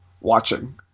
watching